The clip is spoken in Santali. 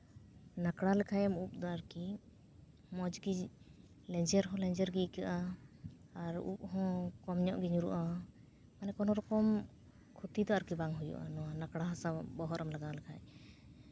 ᱱᱟᱠᱲᱟ ᱞᱮᱠᱷᱟᱡ ᱮᱢ ᱩᱵ ᱫᱚ ᱟᱨᱠᱤ ᱢᱚᱡᱽᱜᱮ ᱞᱮᱸᱧᱡᱮᱨ ᱦᱚᱸ ᱞᱮᱧᱡᱮᱨ ᱜᱮ ᱟᱹᱭᱠᱟᱹᱜᱼᱟ ᱟᱨ ᱩᱵ ᱦᱚᱸ ᱠᱚᱢ ᱧᱚᱜ ᱜᱮ ᱧᱩᱨᱦᱩᱜᱼᱟ ᱢᱟᱱᱮ ᱠᱳᱱᱳ ᱨᱚᱠᱚᱢ ᱠᱷᱚᱛᱤ ᱫᱚ ᱟᱨᱠᱤ ᱵᱟᱝ ᱦᱩᱭᱩᱜᱼᱟ ᱱᱚᱣᱟ ᱞᱟᱠᱲᱟ ᱦᱟᱥᱟ ᱵᱚᱦᱚᱜ ᱨᱮᱢ ᱞᱟᱜᱟᱣ ᱞᱮᱠᱷᱟᱡ